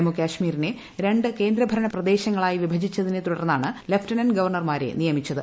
ജമ്മു കശ്മീരിനെ രണ്ടു കേന്ദ്രഭരണപ്രദേശങ്ങളായി വിഭജിച്ചതിനെ തുടർന്നാണ് ലഫ്റ്റനന്റ് ഗവർണർമാരെ നിയമിച്ചത്